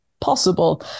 possible